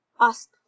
ask